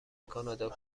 کانادا